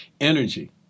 Energy